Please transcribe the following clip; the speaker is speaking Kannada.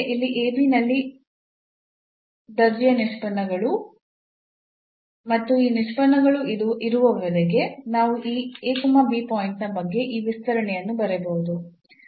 ಇಲ್ಲಿ ನಲ್ಲಿ ದರ್ಜೆಯ ನಿಷ್ಪನ್ನಗಳು ಮತ್ತು ಈ ನಿಷ್ಪನ್ನಗಳು ಇರುವವರೆಗೆ ನಾವು ಈ ಪಾಯಿಂಟ್ನ ಬಗ್ಗೆ ಈ ವಿಸ್ತರಣೆಯನ್ನು ಬರೆಯಬಹುದು